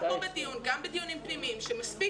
גם כאן בדיון וגם בדיונים פנימיים שמספיק